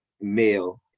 male